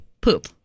poop